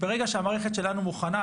ברגע שהמערכת שלנו מוכנה,